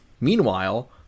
meanwhile